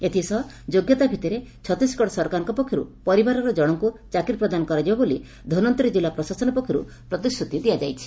ଏଥିସହ ଯୋଗ୍ୟତା ଭିତ୍ତିରେ ଛତିଶଗଡ଼ ସରକାରଙ୍କ ପକ୍ଷରୁ ପରିବାରର ଜଣଙ୍କୁ ଚାକିରି ପ୍ରଦାନ କରାଯିବ ବୋଲି ଧନ୍ୱନ୍ତରୀ ଜିଲ୍ଲା ପ୍ରଶାସନ ପକ୍ଷରୁ ପ୍ରତିଶ୍ରତି ଦିଆଯାଇଛି